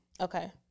Okay